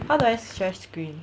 how do I share screen